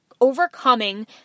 overcoming